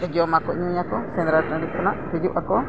ᱡᱚᱢ ᱟᱠᱚ ᱧᱩᱭ ᱟᱠᱚ ᱥᱮᱸᱫᱽᱨᱟ ᱴᱟᱺᱰᱤ ᱠᱷᱚᱱᱟᱜ ᱦᱤᱡᱩᱜ ᱟᱠᱚ